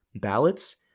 ballots